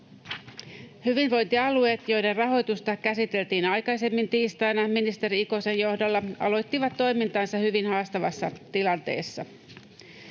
Hyvinvointialueet, joiden rahoitusta käsiteltiin aikaisemmin tiistaina ministeri Ikosen johdolla, aloittivat toimintansa hyvin haastavassa tilanteessa.